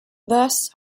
thus